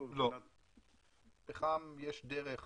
לא, יש דרך